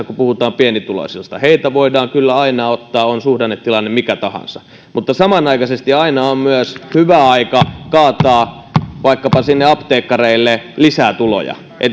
kun puhutaan pienituloisista että heiltä voidaan kyllä aina ottaa on suhdannetilanne mikä tahansa mutta samanaikaisesti on aina myös hyvä aika kaataa vaikkapa sinne apteekkareille lisää tuloja